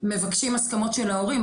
מבקשים הסכמות של ההורים.